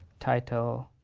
title.